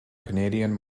canadian